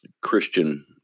Christian